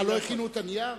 אה, לא הכינו את הנייר?